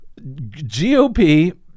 GOP